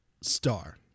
star